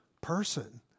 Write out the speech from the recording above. person